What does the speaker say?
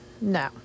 no